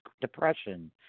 Depression